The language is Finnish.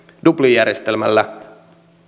dublin järjestelmällä